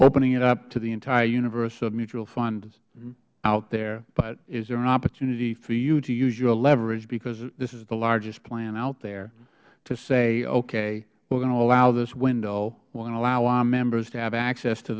opening it up to the entire universe of mutual funds out there but is there an opportunity for you to use your leverage because this is the largest plan out there to say okay we are going to allow this window we are going to allow our members to have